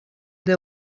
عده